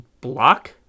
block